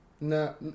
No